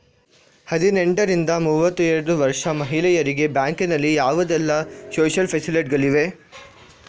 ಹದಿನೆಂಟರಿಂದ ಮೂವತ್ತೈದು ವರ್ಷ ಮಹಿಳೆಯರಿಗೆ ಬ್ಯಾಂಕಿನಲ್ಲಿ ಯಾವುದೆಲ್ಲ ಸೋಶಿಯಲ್ ಫೆಸಿಲಿಟಿ ಗಳಿವೆ?